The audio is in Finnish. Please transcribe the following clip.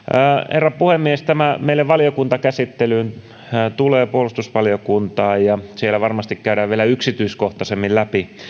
herra puhemies tämä tulee meille valiokuntakäsittelyyn puolustusvaliokuntaan ja siellä varmasti käydään vielä yksityiskohtaisemmin läpi